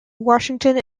washington